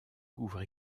couvre